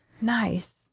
Nice